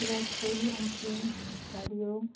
कित्याक पयलीं आमचीं गाड्यो